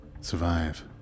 survive